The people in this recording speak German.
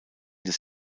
des